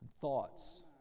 thoughts